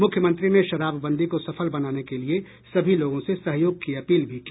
मुख्यमंत्री ने शराबबंदी को सफल बनाने के लिए सभी लोगों से सहयोग की अपील भी की